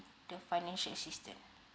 the financial assistance